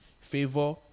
favor